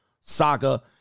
saga